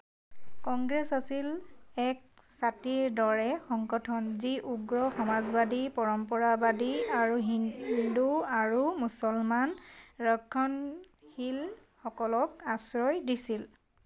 কংগ্ৰেছ আছিল এক ছাতিৰ দৰে সংগঠন যি উগ্ৰ সমাজবাদী পৰম্পৰাবাদী আৰু হিন্দু আৰু মুছলমান ৰক্ষণশীলসকলক আশ্ৰয় দিছিল